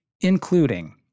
including